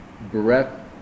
breath